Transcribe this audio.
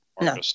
No